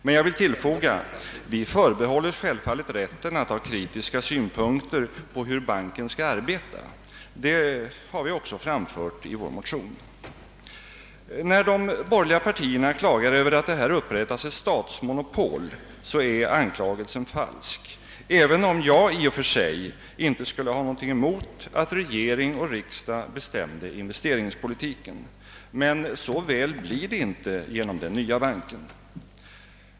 Men jag vill tillfoga att vi förbehåller oss självfallet rätten att ha kritiska synpunkter på hur banken skall arbeta. Dem har vi också framfört i vår motion. När de borgerliga partierna klagar över att det här upprättas ett statsmonopol, så är anklagelsen falsk, även om jag i och för sig inte skulle ha någonting emot att regering och riksdag bestämde investeringspolitiken. Men så väl blir det inte genom den nya banken.